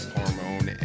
Hormone